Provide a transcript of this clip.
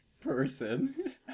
person